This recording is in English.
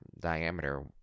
diameter